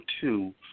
two